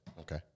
Okay